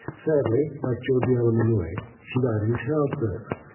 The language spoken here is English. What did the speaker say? sadly, like georgiana molloy, she died in childbirth,